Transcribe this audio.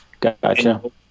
Gotcha